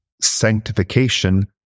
sanctification